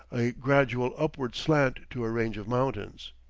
a gradual upward slant to a range of mountains.